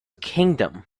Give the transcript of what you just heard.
kingdom